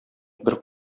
бер